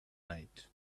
night